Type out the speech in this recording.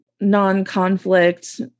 non-conflict